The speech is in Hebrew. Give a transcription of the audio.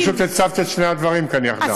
את פשוט הצבת את שני הדברים כאן יחדיו.